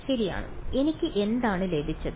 ശരിയാണ് എനിക്ക് എന്താണ് ലഭിച്ചത്